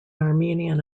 armenian